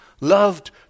loved